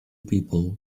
people